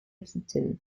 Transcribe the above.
aquitaine